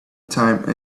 time